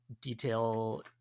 detail